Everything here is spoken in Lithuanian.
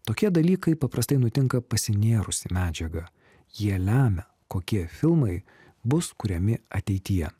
tokie dalykai paprastai nutinka pasinėrus į medžiagą jie lemia kokie filmai bus kuriami ateityje